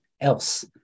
else